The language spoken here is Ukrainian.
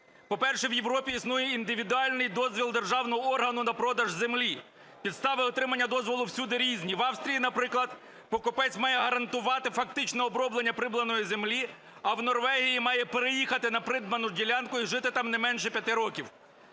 По-перше, в Європі існує індивідуальний дозвіл державного органу на продаж землі. Підстави отримання дозволу всюди різні. В Австрії, наприклад, покупець має гарантувати фактичне оброблення придбаної землі, а в Норвегії має переїхати на придбану ділянку і жити там не менше 5 років.